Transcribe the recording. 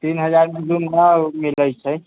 तीन हजारमे रूम न मिलै छै